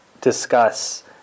discuss